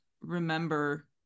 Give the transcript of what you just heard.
remember